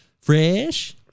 fresh